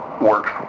works